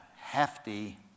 hefty